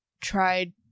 tried